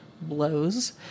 blows